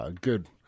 Good